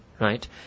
right